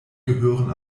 gehören